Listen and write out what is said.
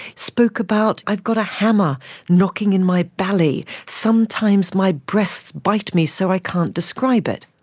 spoke about, i've got a hammer knocking in my belly. sometimes my breasts bite me so i can't describe it.